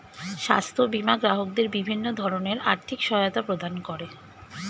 স্বাস্থ্য বীমা গ্রাহকদের বিভিন্ন ধরনের আর্থিক সহায়তা প্রদান করে